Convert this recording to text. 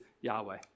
Yahweh